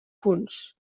punts